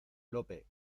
lope